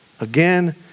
again